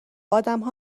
ادمها